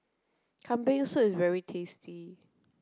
Kambing soup is very tasty